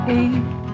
eight